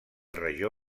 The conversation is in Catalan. regió